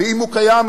ואם הוא קיים,